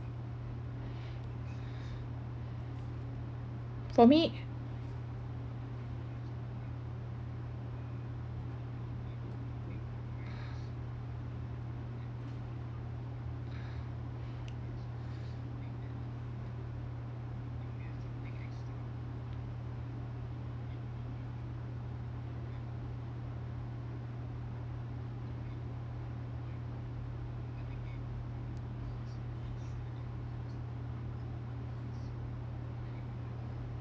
for me